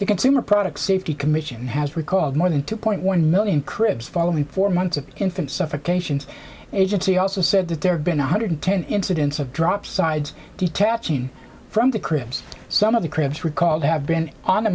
the consumer product safety commission has recalled more than two point one million cribs following four months of infant suffocations agency also said that there have been one hundred ten incidents of drop sides detaching from the cribs some of the cribs recalled have been on